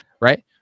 Right